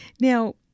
Now